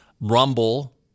Rumble